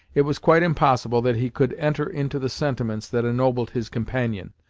it was quite impossible that he could enter into the sentiments that ennobled his companion,